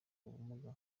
ubumuga